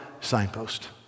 signpost